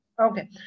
Okay